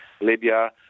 Libya